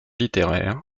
littéraires